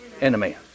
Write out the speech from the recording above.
enemy